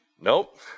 Nope